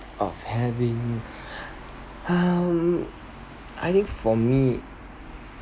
of having um I think for me